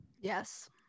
yes